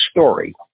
story